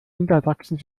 niedersachsen